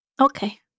Okay